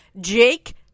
Jake